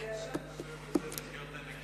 הצעת חוק, עינת.